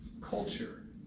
culture